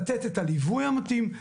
לתת את הליווי המתאים,